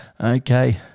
Okay